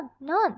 none